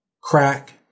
Crack